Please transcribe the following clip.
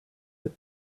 eux